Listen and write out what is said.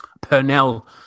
Purnell